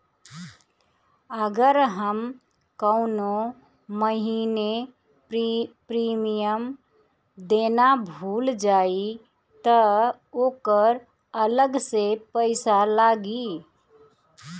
अगर हम कौने महीने प्रीमियम देना भूल जाई त ओकर अलग से पईसा लागी?